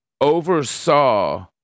oversaw